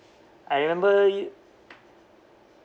I remember you